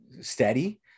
steady